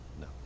No